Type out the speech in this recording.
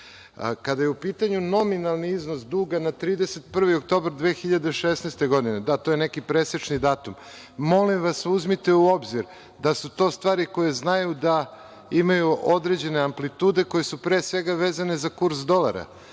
je u pitanju nominalni iznos duga na 31. oktobar 2016. godine, da, to je neki presečni datum, molim vas uzmite u obzir da su to stvari koje znaju da imaju određene amplitude koje su pre svega vezane za kurs dolara.